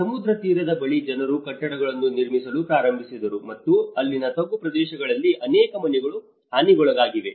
ಸಮುದ್ರ ತೀರದ ಬಳಿ ಜನರು ಕಟ್ಟಡಗಳನ್ನು ನಿರ್ಮಿಸಲು ಪ್ರಾರಂಭಿಸಿದರು ಮತ್ತು ಅಲ್ಲಿನ ತಗ್ಗು ಪ್ರದೇಶಗಳಲ್ಲಿ ಅನೇಕ ಮನೆಗಳು ಹಾನಿಗೊಳಗಾಗಿವೆ